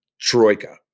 troika